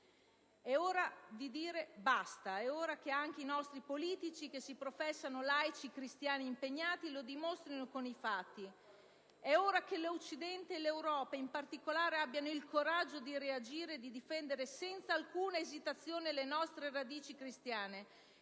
È ora di dire basta; è ora che anche i nostri politici che si professano «laici cristiani impegnati» lo dimostrino con i fatti; è ora che l'Occidente e l'Europa, in particolare, abbiano il coraggio di reagire e di difendere senza alcuna esitazione le nostre radici cristiane,